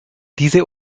diese